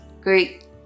great